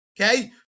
okay